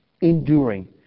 enduring